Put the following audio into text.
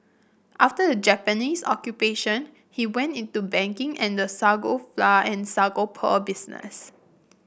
after the Japanese Occupation he went into banking and the sago flour and sago pearl business